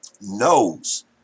knows